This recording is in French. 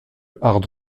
hard